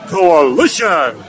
Coalition